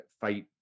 fight